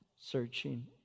searching